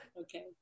Okay